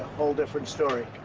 whole different story.